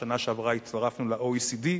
בשנה שעברה הצטרפנו ל-OECD.